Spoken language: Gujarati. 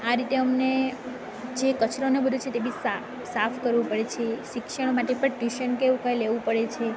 આ રીતે અમને જે કચરોને બધું છે તે બી સા સાફ કરવું પડે છે શિક્ષણ માટે પણ ટ્યૂશન કે એવું કાંઈ લેવું પડે છે